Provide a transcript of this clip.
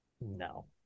No